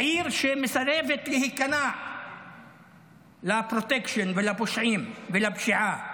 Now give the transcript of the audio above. בעיר שמסרבת להיכנע לפרוטקשן ולפושעים ולפשיעה.